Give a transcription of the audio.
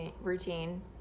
routine